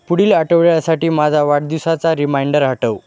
पुढील आठवड्यासाठी माझा वाढदिवसाचा रिमाइंडर हटव